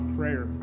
prayer